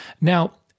Now